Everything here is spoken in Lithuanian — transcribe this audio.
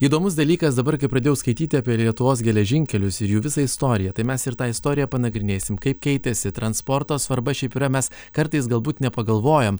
įdomus dalykas dabar kai pradėjau skaityti apie lietuvos geležinkelius ir jų visą istoriją tai mes ir tą istoriją panagrinėsim kaip keitėsi transporto svarba šiaip yra mes kartais galbūt nepagalvojam